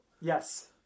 Yes